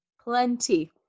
plenty